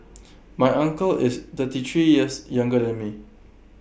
my uncle is thirty three years younger than me